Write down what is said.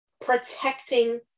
protecting